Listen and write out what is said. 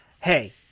hey